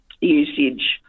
usage